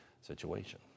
situation